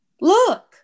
Look